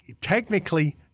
technically